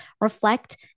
reflect